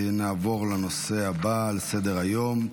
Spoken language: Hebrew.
נעבור לנושא הבא על סדר-היום,